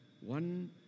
one